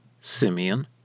Simeon